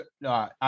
no